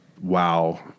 wow